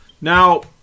Now